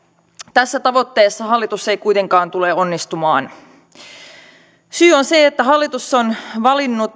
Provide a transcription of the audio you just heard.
tässä tavoitteessa hallitus ei kuitenkaan tule onnistumaan syy on se että hallitus on valinnut